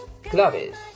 Claves